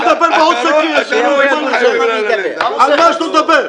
אז שידבר --- על מה יש לו לדבר?